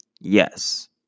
Yes